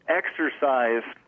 exercise